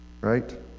Right